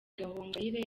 gahongayire